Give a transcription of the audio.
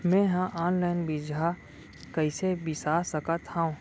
मे हा अनलाइन बीजहा कईसे बीसा सकत हाव